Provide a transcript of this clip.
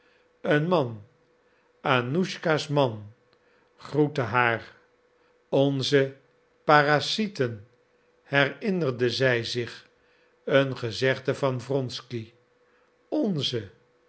een man annuschka's man groette haar onze parasieten herinnerde zij zich een gezegde van wronsky onze